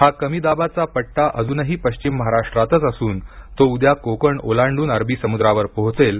हा कमी दाबाचा पट्टा अजूनही पश्चिम महाराष्ट्रातच असून तो उद्या कोकण ओलांडून अरबी समुद्रावर पोहोचेल